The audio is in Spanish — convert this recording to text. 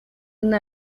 una